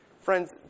Friends